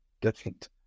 different